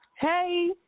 Hey